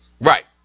Right